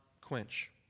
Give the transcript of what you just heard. quench